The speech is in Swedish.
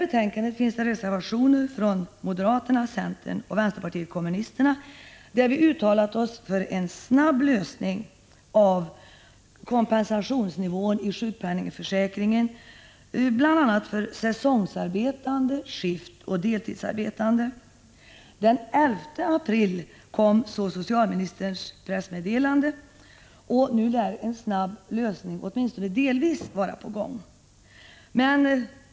I betänkandet finns det reservationer från moderata samlingspartiet, centern och vänsterpartiet kommunisterna. Vi har där uttalat oss för en snar lösning av frågan om kompensationsnivån i sjukpenningförsäkringen för bl.a. säsongs-, skiftoch deltidsarbetande. Den 11 april kom så socialministerns pressmeddelande, och nu lär en snabb lösning av problemet, åtminstone delvis, vara på väg.